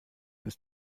ist